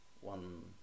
one